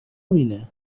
همینه